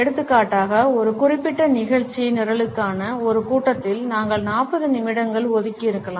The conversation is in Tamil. எடுத்துக்காட்டாக ஒரு குறிப்பிட்ட நிகழ்ச்சி நிரலுக்கான ஒரு கூட்டத்தில் நாங்கள் 40 நிமிடங்கள் ஒதுக்கியிருக்கலாம்